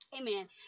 Amen